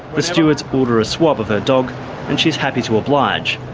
the stewards order a swab of her dog and she's happy to oblige,